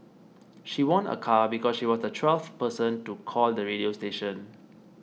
she won a car because she was the twelfth person to call the radio station